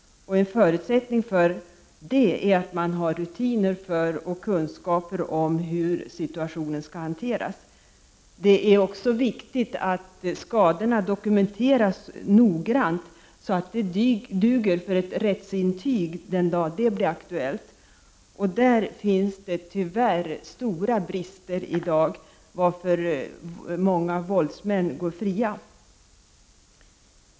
En förutsättning för det är att man har rutiner för och kunskaper om hur situationen skall hanteras. Det är också viktigt att skadorna noggrant dokumenteras så att dokumentationen duger för ett rättsintyg den dag det kan bli aktuellt. Därvidlag råder det i dag stora brister, och det gör att våldsmännen ofta går fria.